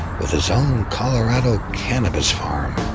with his own colorado cannabis farm.